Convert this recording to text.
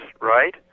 right